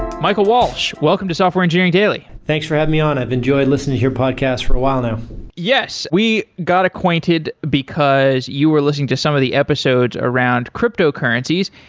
michael walsh, welcome to software engineering daily thanks for having me on. i've enjoyed listening to your podcast for a while now yes. we got acquainted, because you were listening to some of the episodes around cryptocurrencies.